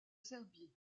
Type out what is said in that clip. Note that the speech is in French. serbie